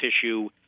tissue